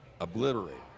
obliterated